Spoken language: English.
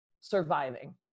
surviving